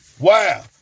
Wow